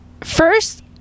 first